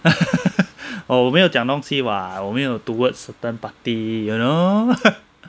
but 我没有讲东西 [what] 我没有 towards certain party you know